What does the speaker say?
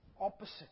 opposite